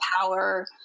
power